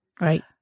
Right